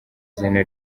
izina